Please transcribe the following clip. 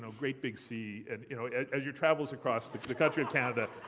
great big sea, and you know as your travels across the the country of canada,